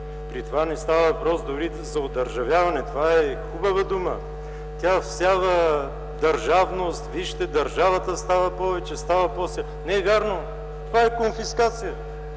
При това не става въпрос дори за одържавяване. Това е хубава дума. Тя всява държавност, вижте държавата става повече ... Не е вярно, това е конфискация.